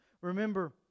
Remember